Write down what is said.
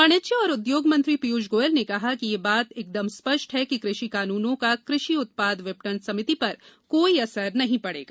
वाणिज्य और उद्योग मंत्री पीयूष गोयल ने कहा कि यह बात एकदम स्पष्ट है कि कृषि कानूनों का कृषि उत्पाद विपणन समिति पर कोई असर नहीं पडेगा